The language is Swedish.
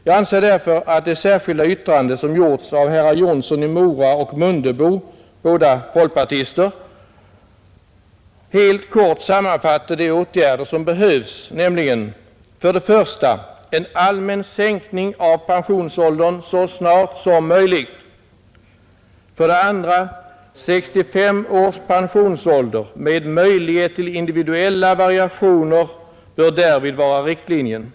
Jag anser därför att det särskilda yttrande som gjorts av herrar Jonsson i Mora och Mundebo, båda folkpartister, helt kort sammanfattar de åtgärder som behövs, nämligen: 1. En allmän sänkning av pensionsåldern så snart som möjligt. 2. 65 år som pensionsålder med möjlighet till individuella variationer bör därvid vara riktlinjen. 3.